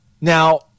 now